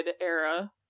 era